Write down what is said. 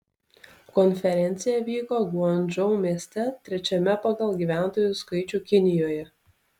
konferencija vyko guangdžou mieste trečiame pagal gyventojų skaičių kinijoje